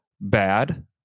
bad